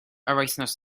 wythnos